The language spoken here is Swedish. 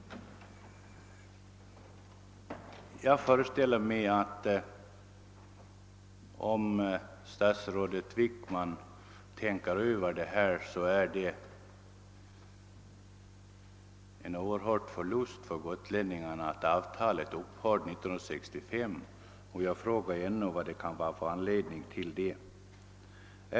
Jag föreställer mig att om statsrådet Wickman tänker över dessa förhållanden, så skall han finna att det var en oerhörd förlust för gotlänningarna att avtalet upphörde 1965. Jag frågar än en gång vad anledningen härtill var.